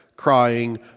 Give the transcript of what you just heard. crying